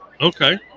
Okay